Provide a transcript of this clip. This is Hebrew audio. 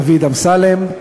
דוד אמסלם,